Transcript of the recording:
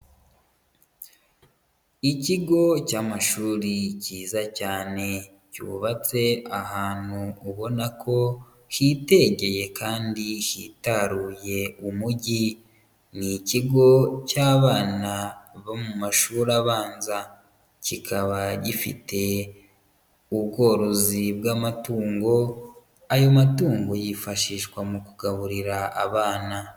Ikigo cy'amashuri cyiza cyane, cyubatse ahantu ubona ko hitegeye kandi hitaruye umujyi, ni ikigo cy'abana bo mu mashuri abanza, kikaba gifite ubworozi bw'amatungo, ayo matungo yifashishwa mu kugaburira abana.